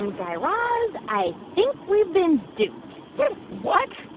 um guy raz, i think we've been duped what?